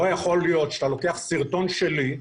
אמרתי לו שלא יכול להיות שהוא לוקח סרטון שלי,